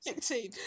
team